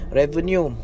revenue